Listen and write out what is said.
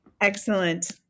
Excellent